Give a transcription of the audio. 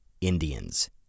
Indians